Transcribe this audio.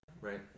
right